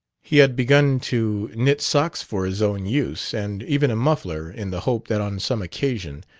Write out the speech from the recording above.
he had begun to knit socks for his own use and even a muffler, in the hope that on some occasion,